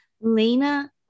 Lena